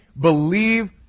believe